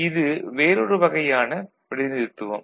இது வேறொரு வகையான பிரதிநிதித்துவம்